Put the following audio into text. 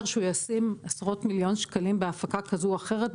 שהוא ישים עשרות מיליוני שקלים בהפקה כזו או אחרת.